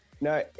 no